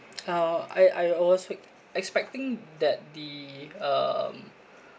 uh I I I was wi~ expecting that the um